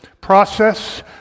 process